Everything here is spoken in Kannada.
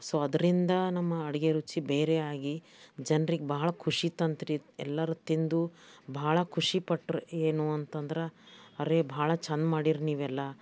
ಸೊ ಅದರಿಂದ ನಮ್ಮ ಅಡುಗೆ ರುಚಿ ಬೇರೆಯಾಗಿ ಜನ್ರಿಗೆ ಭಾಳ ಖುಷಿ ತಂತ್ರೀ ಎಲ್ಲರೂ ತಿಂದು ಭಾಳ ಖುಷಿಪಟ್ಟರು ಏನು ಅಂತ ಅಂದ್ರೆ ಅರೇ ಭಾಳ ಚೆಂದ ಮಾಡೀರಿ ನೀವೆಲ್ಲ